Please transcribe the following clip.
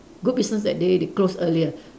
good business that day they close earlier